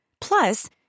Plus